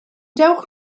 dewch